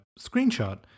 screenshot